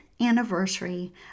anniversary